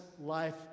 life